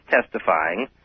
testifying